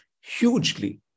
hugely